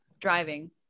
driving